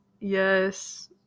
Yes